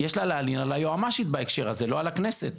יש לה להלין על היועמ"שית בהקשר הזה, לא על הכנסת.